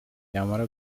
yamara